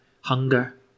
hunger